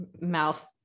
mouth